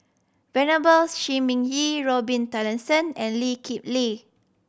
Venerable Shi Ming Yi Robin Tessensohn and Lee Kip Lee